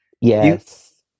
Yes